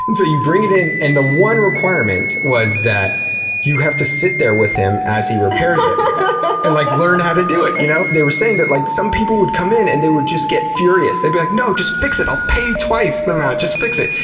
you bring it in and the one requirement was that you have to sit there with him as he repairs it and like learn how to do it, you know? they were saying that like some people would come in and they would just get furious, they'd be like, no! just fix it. i'll pay twice the amount, just fix it.